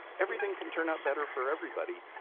everything can turn out better for everybody.